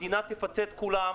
המדינה תפצה את כולם,